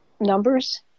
Numbers